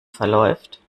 verläuft